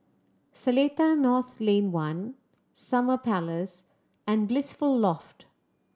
Seletar North Lane One Summer Place and Blissful Loft